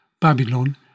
Babylon